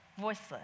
voiceless